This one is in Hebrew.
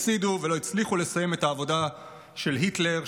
הפסידו ולא הצליחו לסיים את העבודה של היטלר,